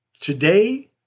today